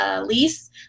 lease